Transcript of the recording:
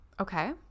Okay